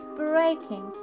breaking